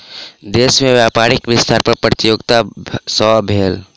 देश में व्यापारक विस्तार कर प्रतियोगिता सॅ भेल